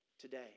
today